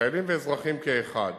חיילים ואזרחים כאחד.